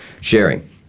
sharing